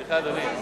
סליחה, אדוני.